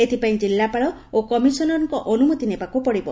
ଏଥପାଇଁ ଜିଲ୍ଲାପାଳ ଓ କମିଶନରଙ୍କ ଅନୁମତି ନେବାକୁ ପଡ଼ିବ